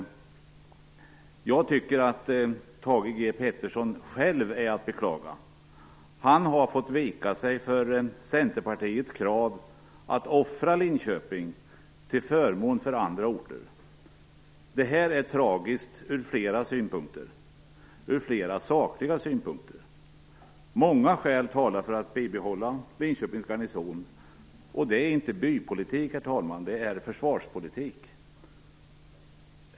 Jag tycker att Thage G Peterson själv är att beklaga. Han har fått vika sig för Centerpartiets krav att offra Linköping till förmån för andra orter. Det här är tragiskt ur flera sakliga synpunkter. Många skäl talar för att bibehålla Linköpings garnison, och det är inte bypolitik, herr talman, det är försvarspolitik.